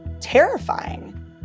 terrifying